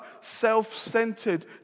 self-centered